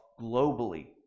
globally